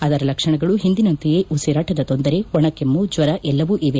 ಅದರ ಲಕ್ಷಣಗಳು ಹಿಂದಿನಂತೆಯೇ ಉಸಿರಾಟದ ತೊಂದರೆ ಒಣ ಕೆಮ್ಲು ಜ್ವರ ಎಲ್ಲವೂ ಇವೆ